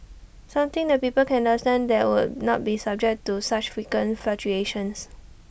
something that people can understand that would not be subject to such frequent fluctuations